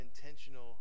intentional